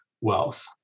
wealth